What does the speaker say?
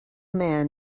man